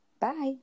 Bye